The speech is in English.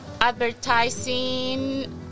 advertising